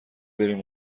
بریم